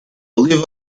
leave